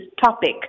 topic